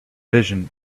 vision